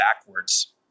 backwards